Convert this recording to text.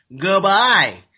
Goodbye